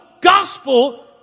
gospel